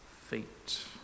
feet